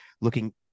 looking